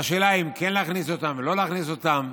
והשאלה היא אם כן להכניס אותם או לא להכניס אותם,